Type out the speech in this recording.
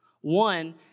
One